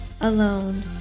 Alone